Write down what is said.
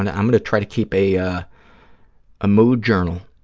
and i'm going to try to keep a ah ah mood journal.